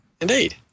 Indeed